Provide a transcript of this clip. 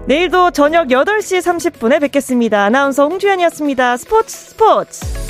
내일도 저녁 8시 30분에 뵙겠습니다. 아나운서 홍주연이었습니다. 스포츠, 스포츠.